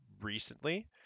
recently